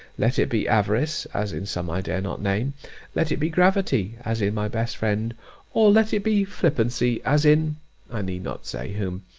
let it be avarice, as in some i dare not name let it be gravity, as in my best friend or let it be flippancy, as in i need not say whom.